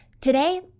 Today